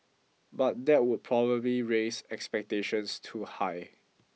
but that would probably raise expectations too high